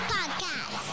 Podcast